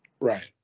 Right